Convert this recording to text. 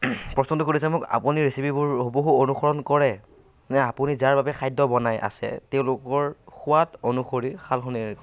প্ৰশ্নটো কৰিছে মোক আপুনি ৰেচিপিবোৰ হুবহু অনসৰণ কৰে নে আপুনি যাৰ বাবে খাদ্য বনাই আছে তেওঁলোকৰ সোৱাদ অনুসৰি সাল সলনি কৰে